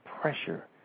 pressure